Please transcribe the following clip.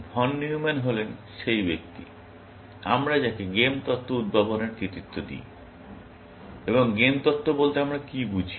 von Neumann হলেন সেই ব্যক্তি আমরা যাকে গেম তত্ত্ব উদ্ভাবনের কৃতিত্ব দিই এবং গেম তত্ত্ব বলতে আমরা কী বুঝি